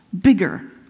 bigger